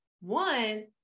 One